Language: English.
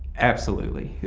absolutely,